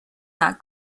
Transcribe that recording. not